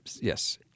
Yes